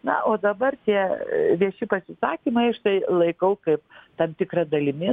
na o dabar tie vieši pasisakymai aš tai laikau kaip tam tikra dalimi